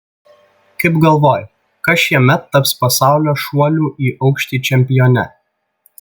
kaip galvoji kas šiemet taps pasaulio šuolių į aukštį čempione